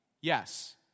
Yes